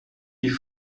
die